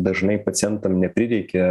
dažnai pacientam neprireikia